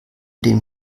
dem